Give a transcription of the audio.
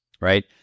right